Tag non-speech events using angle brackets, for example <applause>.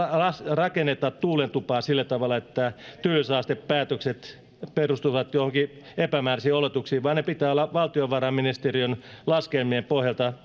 rakenneta tuulentupaa sillä tavalla että työllisyysastepäätökset perustuvat joihinkin epämääräisiin oletuksiin vaan niiden pitää olla valtiovarainministeriön laskelmien pohjalta <unintelligible>